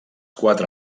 quatre